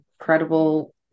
incredible